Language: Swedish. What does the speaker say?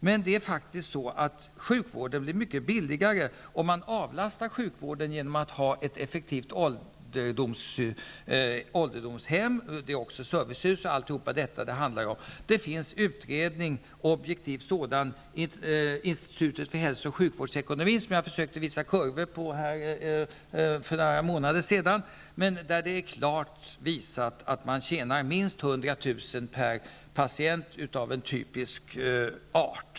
Men sjukvården blir faktiskt mycket billigare om man avlastar den genom att ha effektiva ålderdomshem. Det handlar också om servicehus och annat. Det finns en objektiv utredning från Institutet för hälsooch sjukvårdsekonomi, och jag har försökt att visa kurvor på detta för några månader sedan. Där visas det klart att man tjänar minst 100 000 kr. per patient av en typisk art.